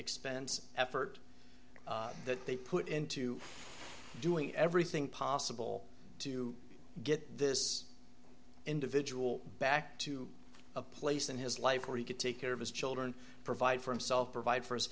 expense effort that they put into doing everything possible to get this individual back to a place in his life where he could take care of his children provide for himself provide for his